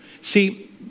See